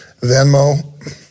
Venmo